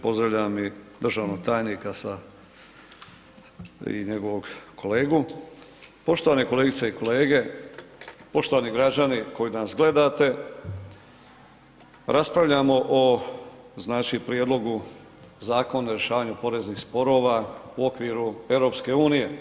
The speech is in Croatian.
Pozdravljam i državnog tajnika sa i njegovog kolegu, poštovane kolegice i kolege, poštovani građani koji nas gledate raspravljamo o znači Prijedlogu Zakona o rješavanju poreznih sporova u okviru EU.